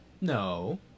no